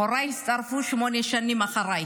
הוריי הצטרפו שמונה שנים אחריי.